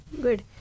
good